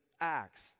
Acts